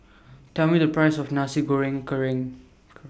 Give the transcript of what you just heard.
Tell Me The Price of Nasi Goreng Kerang